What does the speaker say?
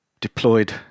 deployed